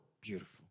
beautiful